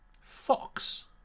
Fox